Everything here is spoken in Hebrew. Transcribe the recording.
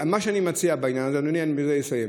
לכן, מה שאני מציע בעניין הזה, אדוני, ובזה אסיים,